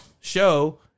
show